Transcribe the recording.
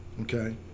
okay